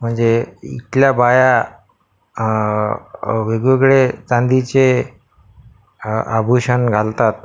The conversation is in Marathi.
म्हणजे इथल्या बाया वेगवेगळे चांदीचे आभूषण घालतात